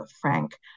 Frank